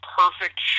perfect